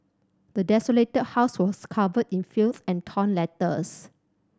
the desolated house was covered in filth and torn letters